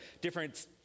different